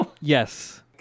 Yes